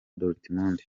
dortmund